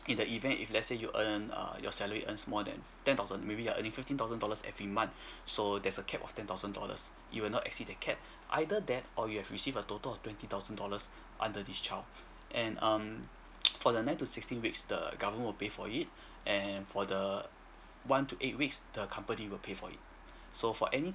in the event if let's say you earn err your salary earns more than ten thousand maybe you are earning fifteen thousand dollars every month so there's a cap of ten thousand dollars it will not exceed the cap either that or you have received a total of twenty thousand dollars under this child and um from the ninth to sixteen weeks the government will pay for it and for the one to eight weeks the company will pay for it so for any